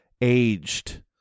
aged